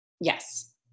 Yes